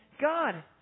God